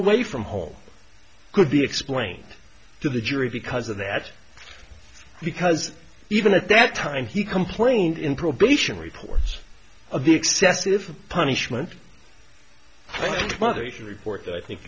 away from home could be explained to the jury because of that because even at that time he complained in probation reports of excessive punishment mother you should report i think